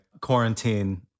quarantine